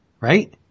Right